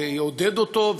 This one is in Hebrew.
יעודד אותו,